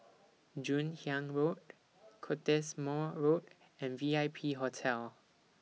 Joon Hiang Road Cottesmore Road and V I P Hotel